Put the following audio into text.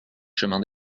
chemin